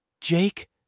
Jake